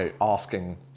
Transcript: asking